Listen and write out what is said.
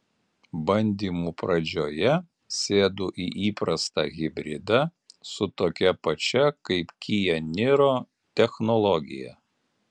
bandymų pradžioje sėdu į įprastą hibridą su tokia pačia kaip kia niro technologija